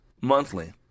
monthly